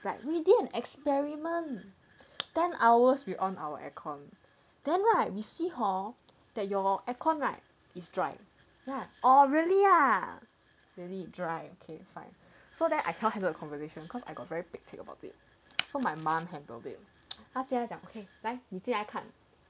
it's like we did an experiment ten hours we on our aircon then right we see hor that your aircon right is dry then I'm like really ah really dry okay fine so then I cannot handle the conversation because I got very pek cek about it so my mum handled it 她讲你进来看